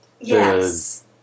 Yes